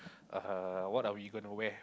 uh what are we gonna wear